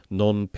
non